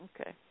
Okay